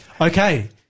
Okay